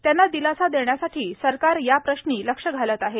त्यांना दिलासा देण्यासाठी सरकार याप्रश्नी लक्ष घालत आहे